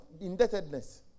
indebtedness